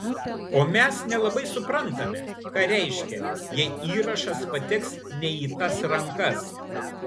o mes nelabai suprantame ką reiškia jei įrašas pateks ne į tas rankas